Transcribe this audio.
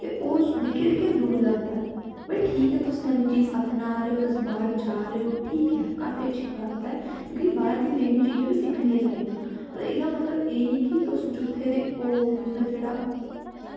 ते ओह् दिक्खी दिक्खी दुख लगदा ऐ भई ठीक ऐ तुस नमीं चीज़ अपना दे ओ तुस बाह्र जा दे ओ ठीक ऐ काफी अच्छी बात ऐ क्योंकि बाह्र दियां नमीं नमीं चीजां बी सिक्खनियां चाहिदियां ते एह्दा मतलब एह् निं कि तुस जित्थै दे ओ तुं'दा जेह्ड़ा